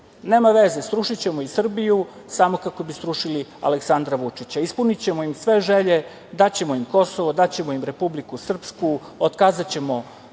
Nema veze, srušićemo i Srbiju samo kako bi srušili Aleksandra Vučića. Ispunićemo im sve želje, daćemo im Kosovo, daćemo im Republiku Srpsku, otkazaćemo